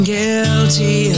guilty